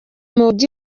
mujyi